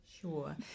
Sure